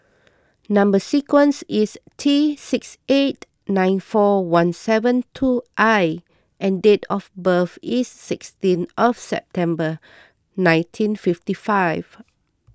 Number Sequence is T six eight nine four one seven two I and date of birth is sixteen of September nineteen fifty five